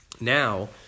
now